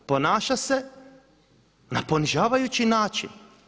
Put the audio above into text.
Ponaša se na ponižavajući način.